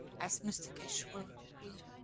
as mr keshe will be